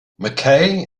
mackay